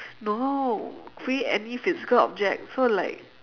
no create any physical object so like